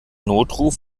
notruf